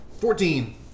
Fourteen